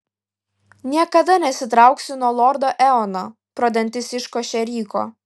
niekada nesitrauksiu nuo lordo eono pro dantis iškošė ryko